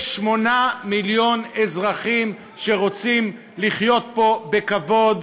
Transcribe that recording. יש 8 מיליון אזרחים שרוצים לחיות פה בכבוד,